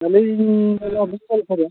ᱟᱹᱞᱤᱧ ᱞᱟᱹᱭᱮᱜᱼᱟ ᱠᱷᱚᱱᱟᱜ